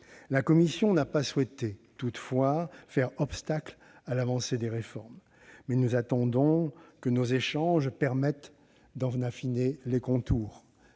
La commission n'a toutefois pas souhaité faire obstacle à l'avancée des réformes, mais elle attend que nos échanges permettent d'en affiner les contours.